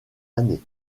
années